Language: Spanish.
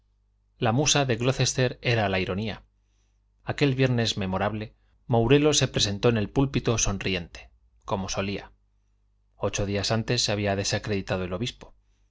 la musa de glocester era la ironía aquel viernes memorable mourelo se presentó en el púlpito sonriente como solía ocho días antes se había desacreditado el obispo